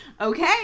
Okay